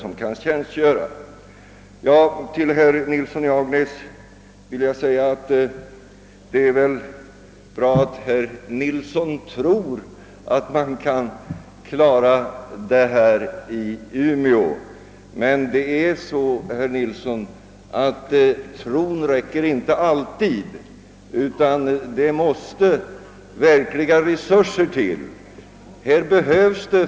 Det är nog bra att herr Nilsson i Agnäs tror att man i Umeå kan klara denna utbildning. Men tron räcker inte alltid, herr Nilsson, utan det måste till verkliga resurser.